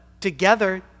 together